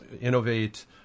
innovate